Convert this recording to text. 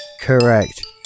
Correct